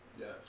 Yes